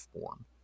form